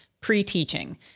pre-teaching